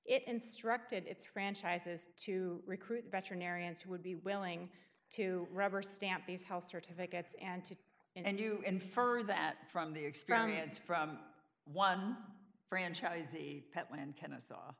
instructed its franchises to recruit veterinarians who would be willing to rubberstamp these house certificates and to and you infer that from the experience from one franchisee pet when kennesaw